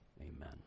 Amen